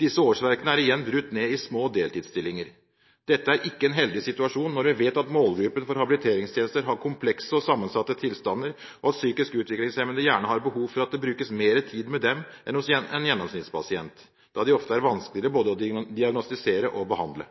Disse årsverkene er igjen brutt ned i små deltidsstillinger. Dette er ikke en heldig situasjon når vi vet at målgruppen for habiliteringstjenester har komplekse og sammensatte tilstander, og at psykisk utviklingshemmede gjerne har behov for at det brukes mer tid med dem enn med en gjennomsnittspasient, da de ofte er vanskeligere både å diagnostisere og behandle.